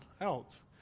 else